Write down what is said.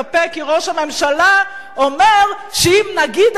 כי ראש הממשלה אומר שאם נגיד על זה,